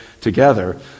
together